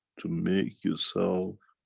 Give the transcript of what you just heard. to make yourself